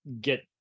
get